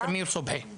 ד"ר סמיר סובחי.